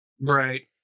right